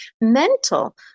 mental